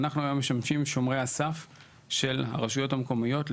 אנחנו היום משמשים שומרי הסף של הרשויות המקומיות,